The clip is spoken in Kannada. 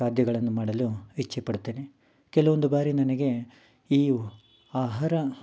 ಖಾದ್ಯಗಳನ್ನು ಮಾಡಲು ಇಚ್ಛೆಪಡುತ್ತೇನೆ ಕೆಲವೊಂದು ಬಾರಿ ನನಗೆ ಈ ಆಹಾರ